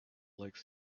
like